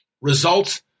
results